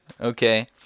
Okay